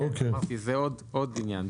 זה עוד עניין.